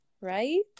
right